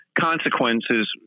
consequences